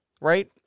Right